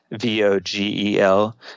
V-O-G-E-L